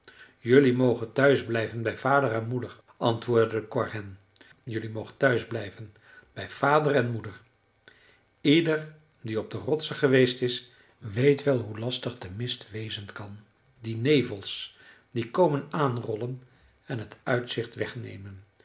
jelui mogen thuis blijven bij vader en moeder antwoordde de korhen jelui moogt thuisblijven bij vader en moeder ieder die op de rotsen geweest is weet wel hoe lastig de mist wezen kan die nevels die komen aanrollen en het uitzicht wegnemen